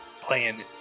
playing